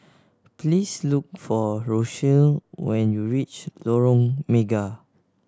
please look for Rochelle when you reach Lorong Mega